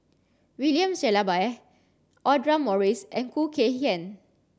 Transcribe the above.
William Shellabear Audra Morrice and Khoo Kay Hian